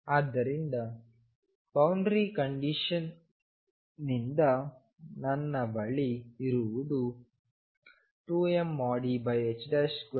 ಆದ್ದರಿಂದ boundary condition ನಿಂದ ನನ್ನ ಬಳಿ ಇರುವುದು2mE2m2V024